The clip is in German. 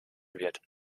wird